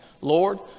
Lord